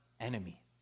enemy